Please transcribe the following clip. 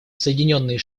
соединенные